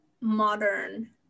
modern